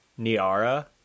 Niara